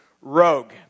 rogue